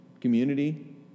community